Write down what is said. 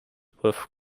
were